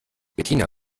bettina